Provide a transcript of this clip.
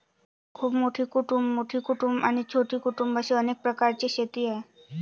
खूप मोठी कुटुंबं, मोठी कुटुंबं आणि छोटी कुटुंबं असे अनेक प्रकारची शेती आहे